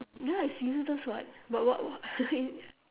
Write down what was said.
ya it's useless [what] what what